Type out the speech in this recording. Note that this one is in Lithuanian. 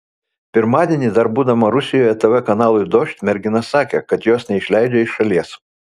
pirmadienį dar būdama rusijoje tv kanalui dožd mergina sakė kad jos neišleidžia iš šalies